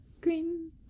green